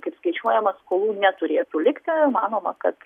kaip skaičiuojama skolų neturėtų likti manoma kad